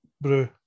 brew